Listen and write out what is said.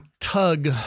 tug